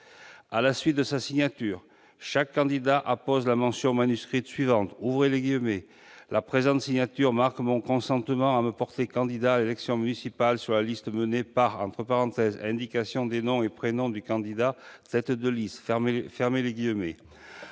À la suite de sa signature, chaque candidat appose la mention manuscrite suivante :" La présente signature marque mon consentement à me porter candidat à l'élection municipale sur la liste menée par (indication des nom et prénoms du candidat tête de liste).